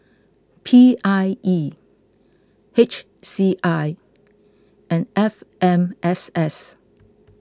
P I E H C I and F M S S